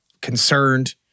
concerned